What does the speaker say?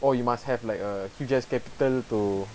oh you must have like a huge ass capital to